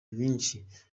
nyinshi